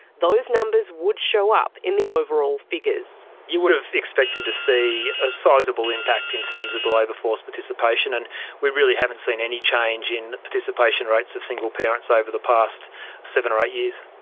those numbers should show up in the overall figures. you would have expected to see a sizable impact in terms of the labour force participation and we really haven't seen any change in participation rates of single parents over the past seven or eight years.